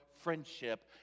friendship